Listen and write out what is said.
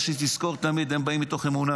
תזכור תמיד שהם באים מתוך אמונה